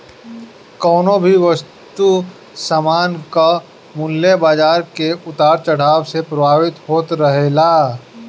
कवनो भी वस्तु सामान कअ मूल्य बाजार के उतार चढ़ाव से प्रभावित होत रहेला